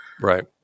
right